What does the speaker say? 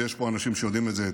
ויש פה אנשים שיודעים את זה היטב,